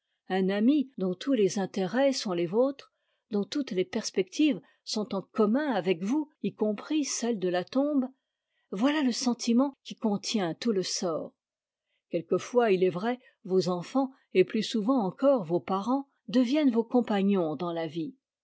un ami dont tous les intérêts ont les vôtres dont toutes les perspectives sont en commun avec vous y compris celle de la tombe voilà le sentiment qui contient tout le sort quelquefois il est vrai vos enfants et plus souvent encore vos parents deviennent vos compagnons dans la vie